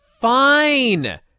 fine